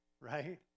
right